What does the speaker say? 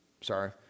sorry